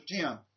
Tim